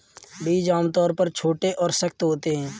बीज आमतौर पर छोटे और सख्त होते हैं